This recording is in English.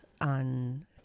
on